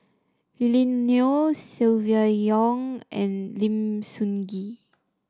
Lily Neo Silvia Yong and Lim Sun Gee